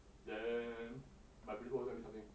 then my principal also tell me something